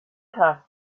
krass